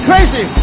Crazy